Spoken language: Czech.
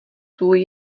tvůj